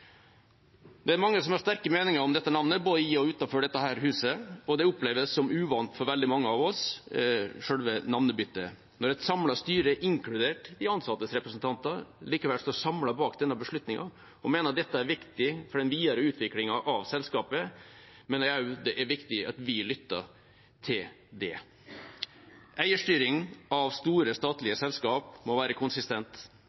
Det er mange som har sterke meninger om dette navnet, både i og utenfor dette huset, og selve navnebyttet oppleves som uvant for veldig mange av oss. Likevel: Når et samlet styre, inkludert de ansattes representanter, står bak denne beslutningen, og mener dette er viktig for den videre utviklingen av selskapet, mener jeg det også er viktig at vi lytter til det. Eierstyring av store